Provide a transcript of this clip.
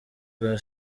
bwa